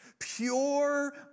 Pure